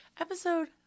Episode